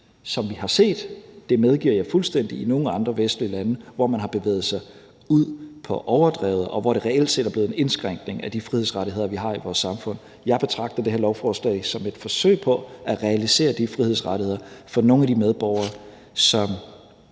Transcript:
som vi har set – det medgiver jeg fuldstændig – i nogle andre vestlige lande, hvor man har bevæget sig ud på overdrevet, og hvor det reelt set er blevet en indskrænkning af de frihedsrettigheder, vi har i vores samfund. Jeg betragter det her lovforslag som et forsøg på at realisere de frihedsrettigheder for nogle af de medborgere, som